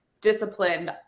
disciplined